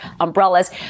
umbrellas